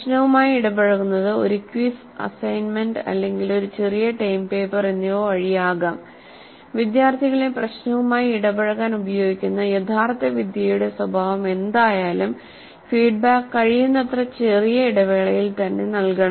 പ്രശ്നവുമായി ഇടപഴകുന്നത് ഒരു ക്വിസ് അസൈൻമെന്റ് അല്ലെങ്കിൽ ഒരു ചെറിയ ടേം പേപ്പർ എന്നിവ വഴി ആകാം വിദ്യാർത്ഥികളെ പ്രശ്നവുമായി ഇടപഴകാൻ ഉപയോഗിക്കുന്ന യഥാർത്ഥ വിദ്യയുടെ സ്വഭാവം എന്തായാലും ഫീഡ്ബാക്ക് കഴിയുന്നത്ര ചെറിയ ഇടവേളയിൽ തന്നെ നൽകണം